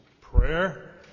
prayer